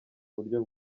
buryo